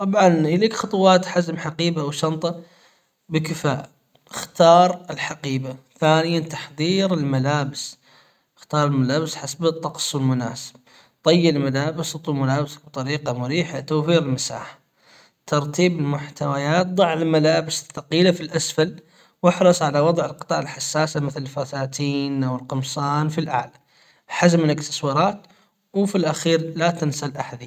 طبعا اليك خطوات حزم حقيبة وشنطة بكفاءة اختار الحقيبة ثانيًا تحضير الملابس اختار الملابس حسب الطقس المناسب طي الملابس اطوي ملابسك بطريقة مريحة لتوفير المساحة ترتيب المحتويات ضع الملابس الثقيلة في الاسفل واحرص على وضع القطع الحساسة مثل الفساتين والقمصان في الاعلى حزم الاكسسوارات وفي الاخير لا تنسى الاحذية.